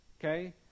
okay